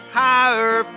higher